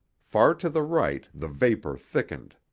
far to the right the vapor thickened.